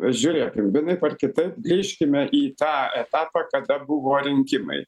žiūrėkim vienaip ar kitaip grįžkime į tą etapą kada buvo rinkimai